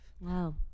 Wow